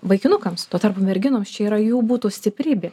vaikinukams tuo tarpu merginoms čia yra jų būtų stiprybė